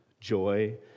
joy